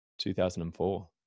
2004